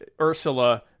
ursula